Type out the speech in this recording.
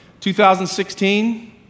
2016